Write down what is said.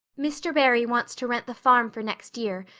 mr. barry wants to rent the farm for next year.